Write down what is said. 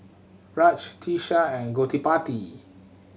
Raj Teesta and Gottipati